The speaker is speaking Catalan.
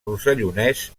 rossellonès